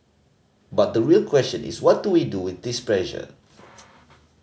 but the real question is what do we do with this pressure